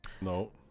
No